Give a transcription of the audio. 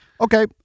Okay